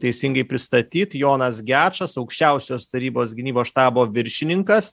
teisingai pristatyt jonas gečas aukščiausios tarybos gynybos štabo viršininkas